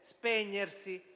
spegnersi